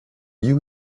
you